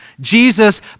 Jesus